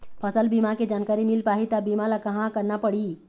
फसल बीमा के जानकारी मिल पाही ता बीमा ला कहां करना पढ़ी?